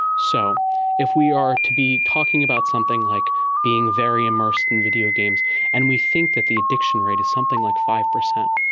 so if we are to be talking about something like being very immersed in videogames and we think that the addiction rate is something like five percent,